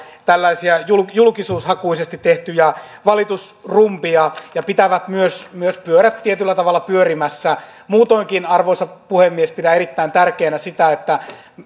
ja tällaisia julkisuushakuisesti tehtyjä valitusrumbia ja pitävät myös myös pyörät tietyllä tavalla pyörimässä muutoinkin arvoisa puhemies pidän erittäin tärkeänä sitä että